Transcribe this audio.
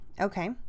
okay